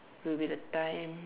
will be the time